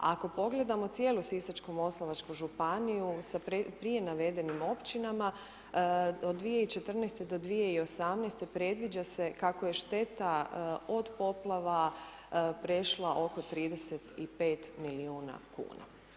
Ako pogledamo cijelu Sisačko-moslavačku županiju sa prije navedenim općinama od 2014. do 2018. predviđa se kako je šteta od poplava prešla oko 35 miliona kuna.